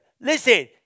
Listen